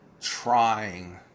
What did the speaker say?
trying